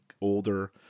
older